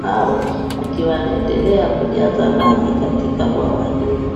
hao akiwa anaendelea kujaza maji katika bwawa hilo.